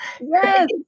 Yes